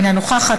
אינה נוכחת,